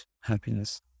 happiness